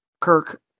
Kirk